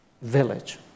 village